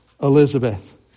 Elizabeth